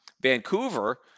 Vancouver